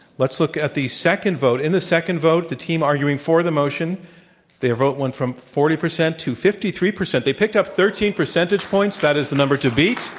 let's look at the second vote. in the second vote the team arguing for the motion their vote went from forty percent to fifty three percent. they picked up thirteen percentage points. that is the number to beat.